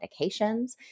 medications